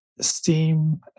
Steam